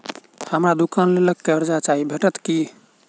हमरा दुकानक लेल कर्जा चाहि भेटइत की?